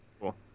Cool